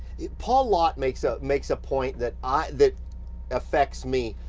paul lott makes ah makes a point that ah that affects me.